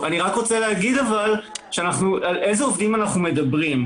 על איזה עובדים אנחנו מדברים?